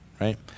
right